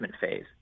phase